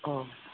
अ